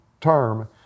term